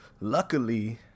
luckily